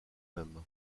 même